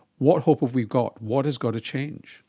what hope have we got? what has got to change?